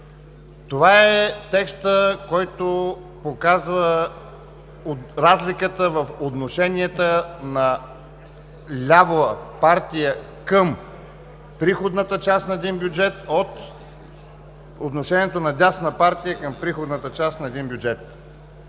Това е текстът, който показва разликата в отношенията на лява партия към приходната част на един бюджет, от отношението на дясна партия към приходната част на един бюджет.